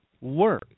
work